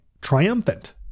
triumphant